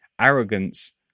arrogance